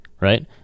right